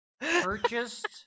purchased